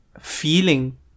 feeling